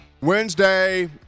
Wednesday